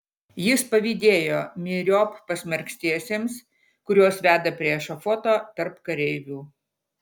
jis pavydėjo myriop pasmerktiesiems kuriuos veda prie ešafoto tarp kareivių